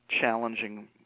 challenging